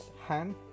hand